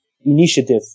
initiative